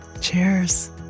cheers